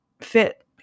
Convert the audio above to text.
fit